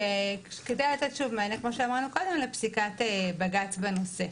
כדי לתת מענה לפסיקת בג" בנושא.